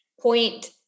point